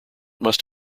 must